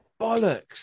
bollocks